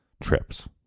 trips